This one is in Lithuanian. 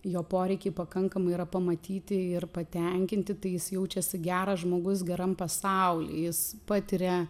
jo poreikiai pakankamai yra pamatyti ir patenkinti tai jis jaučiasi geras žmogus geram pasauly jis patiria